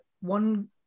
one